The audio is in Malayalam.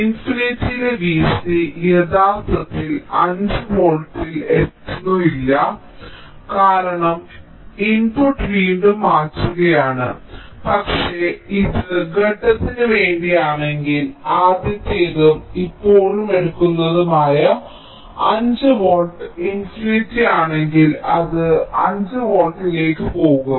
ഇൻഫിനിറ്റിയിലെ V c യഥാർത്ഥത്തിൽ 5 വോൾട്ടിൽ എത്തുമെന്നല്ല കാരണം ഇൻപുട്ട് വീണ്ടും മാറ്റുകയാണ് പക്ഷേ ഇത് ഘട്ടത്തിന് വേണ്ടിയാണെങ്കിൽ ആദ്യത്തേതും ഇപ്പോഴും എടുക്കുന്നതുമായ 5 വോൾട്ട് ഘട്ടം ഇൻഫിനിറ്റി ആണെങ്കിൽ അത് 5 വോൾട്ടിലേക്ക് പോകും